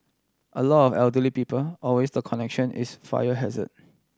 a lot of elderly people always the connection is fire hazard